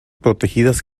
protegidas